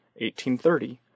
1830